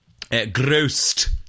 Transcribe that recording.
Grossed